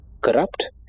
corrupt